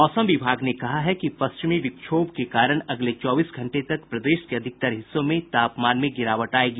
मौसम विभाग ने कहा है कि पश्चिमी विक्षोभ के कारण अगले चौबीस घंटे तक प्रदेश के अधिकतर हिस्सों में तापमान में गिरावट आयेगी